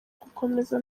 gukomeza